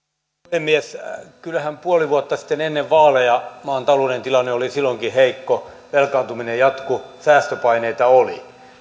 puhemies kyllähän puoli vuotta sitten ennen vaaleja maan taloudellinen tilanne oli silloinkin heikko velkaantuminen jatkui säästöpaineita oli